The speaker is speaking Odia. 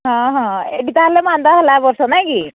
ହଁ ହଁ ଏଠି ତାହେଲେ ନାଇଁ କି